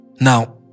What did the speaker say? Now